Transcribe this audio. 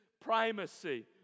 primacy